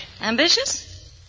Ambitious